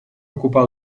ocupar